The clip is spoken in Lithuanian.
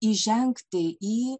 įžengti į